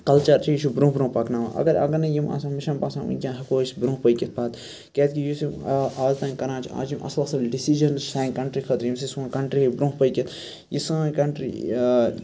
culture چھِ یہِ چھُ برونٛہہ برونٛہہ پکناوان اگر اگر نہٕ یِم آسانٕے باسان وٕنکٮ۪ن ہیٚکو أسۍ برونٛہہ پٔکِتھ پَتہٕ کیازِکہِ یُس یِم آز تام کَران چھِ آز اَصل اصل ڈیسِجَن سانہِ کنٹری خٲطرٕ ییٚمہِ سۭتۍ سون کَنٹری ہیٚکہِ برونہہ پٔکِتھ یہِ سٲنۍ کَنٹری